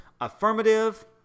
Affirmative